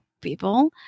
people